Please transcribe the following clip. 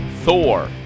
Thor